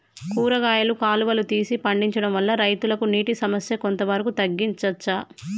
కూరగాయలు కాలువలు తీసి పండించడం వల్ల రైతులకు నీటి సమస్య కొంత వరకు తగ్గించచ్చా?